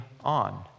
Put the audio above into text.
on